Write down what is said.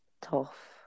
tough